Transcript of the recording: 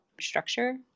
structure